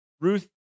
Ruth